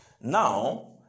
Now